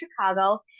Chicago